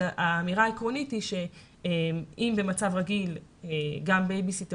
אבל האמירה העקרונית היא שאם במצב רגיל גם בייביסיטר